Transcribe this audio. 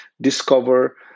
discover